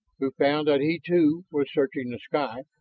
who found that he, too, was searching the sky,